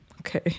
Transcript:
Okay